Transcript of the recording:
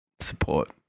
Support